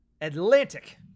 Atlantic